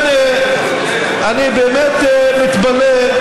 אני מתפלא,